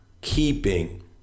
keeping